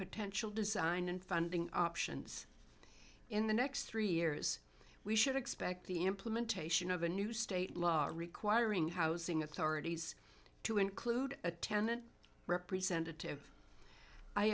potential design and funding options in the next three years we should expect the implementation of a new state law requiring housing authorities to include a tenant representative i